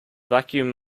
vacuum